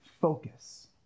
focus